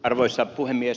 arvoisa puhemies